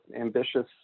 ambitious